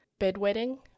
bedwetting